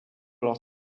leur